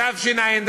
בתשע"ד,